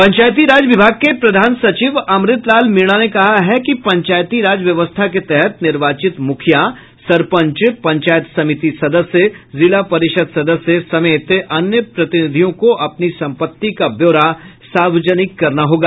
पंचायती राज विभाग के प्रधान सचिव अमृत लाल मीणा ने कहा है कि पंचायती राज व्यवस्था के तहत निर्वाचित मुखिया सरपंच पंचायत समिति सदस्य जिला परिषद सदस्य समेत अन्य प्रतिनिधियों को अपनी सम्पत्ति का ब्योरा सार्वजनिक करना होगा